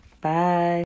Bye